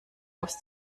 aufs